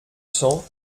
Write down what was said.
cents